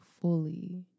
fully